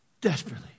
desperately